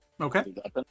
Okay